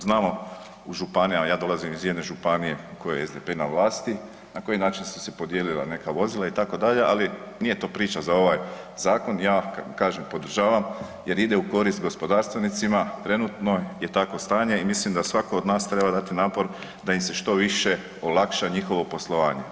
Znamo u županijama, ja dolazim iz jedne županije u kojoj je SDP na vlasti, na koji način su se podijelila neka vozila itd., ali nije to priča za ovaj zakon, ja kažem, podržavam jer ide u korist gospodarstvenicima, trenutno je takvo stanje i mislim da svatko od nas treba dati napor da im se što više olakša njihovo poslovanje.